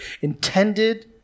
intended